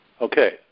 Okay